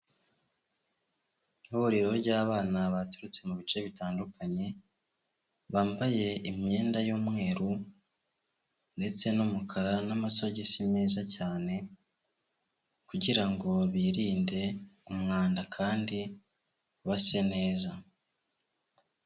Ihuriro ry'abana baturutse mu bice bitandukanye, bambaye imyenda y'umweru ndetse n'umukara n'amasogisi meza cyane kugira ngo birinde umwanda kandi base neza.